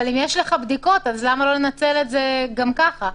אבל אם יש לך בדיקות, למה לא לנצל את זה גם ככה?